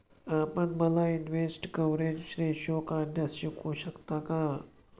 आपण मला interest coverage ratio काढण्यास शिकवू शकता का?